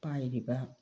ꯄꯥꯏꯔꯤꯕ